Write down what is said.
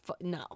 no